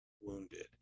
wounded